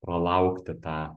pralaukti tą